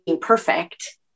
perfect